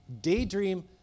Daydream